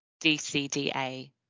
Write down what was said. DCDA